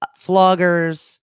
floggers